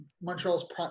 Montreal's